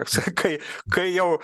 sakai kai jau